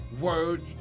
word